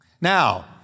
Now